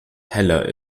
heller